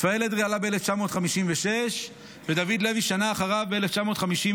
רפאל אדרי עלה ב-1956 ודוד לוי שנה אחריו, ב-1957.